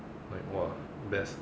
like !wah! best